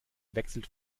wechselt